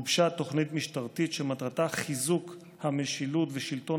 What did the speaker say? גובשה תוכנית משטרתית שמטרתה חיזוק המשילות ושלטון